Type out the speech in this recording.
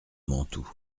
mantoue